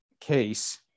case